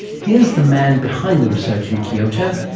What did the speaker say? here's the man behind the research in kyoto,